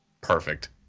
perfect